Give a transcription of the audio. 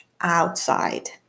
outside